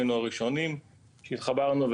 היינו הראשונים שהתחברנו.